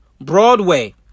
Broadway